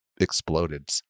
exploded